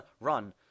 run